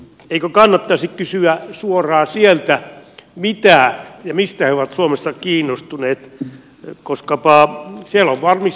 eikö kannattaisi kysyä suoraan sieltä mistä he ovat suomessa kiinnostuneet koskapa siellä on valmis viisivuotissuunnitelma